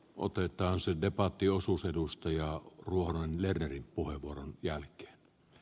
otetaan se debattiosus edustajia ruhanen lernerin oikea ratkaisu